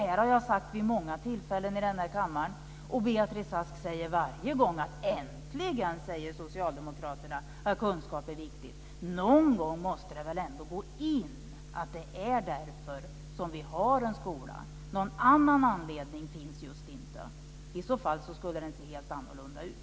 Detta har jag sagt vid många tillfällen i den här kammaren, och Beatrice Ask säger varje gång: Äntligen säger Socialdemokraterna att kunskap är viktigt. Någon gång måste det väl ändå gå in att det är därför som vi har en skola! Någon annan anledning finns just inte. I så fall skulle skolan se helt annorlunda ut.